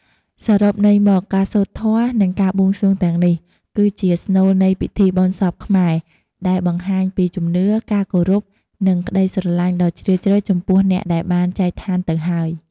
សរុបន័យមក ការសូត្រធម៌ និងការបួងសួងទាំងនេះ គឺជាស្នូលនៃពិធីបុណ្យសពខ្មែរ ដែលបង្ហាញពីជំនឿ ការគោរព និងក្តីស្រឡាញ់ដ៏ជ្រាលជ្រៅចំពោះអ្នកដែលបានចែកឋានទៅហើយ។